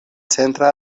centra